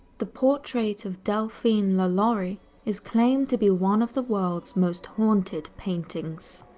the portrait of delphine lalaurie is claimed to be one of the world's most haunted paintings.